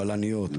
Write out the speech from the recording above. בלניות,